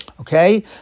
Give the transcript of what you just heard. Okay